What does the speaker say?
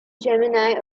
gemini